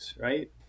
right